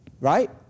Right